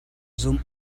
zumh